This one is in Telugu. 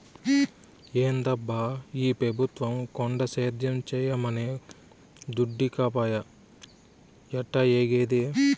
ఏందబ్బా ఈ పెబుత్వం కొండ సేద్యం చేయమనె దుడ్డీకపాయె ఎట్టాఏగేది